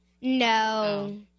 No